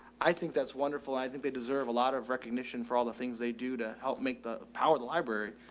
i think that's wonderful. i think they deserve a lot of recognition for all the things they do to help make the power the library.